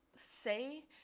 say